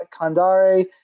Kandare